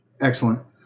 Excellent